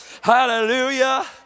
hallelujah